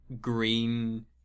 green